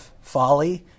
folly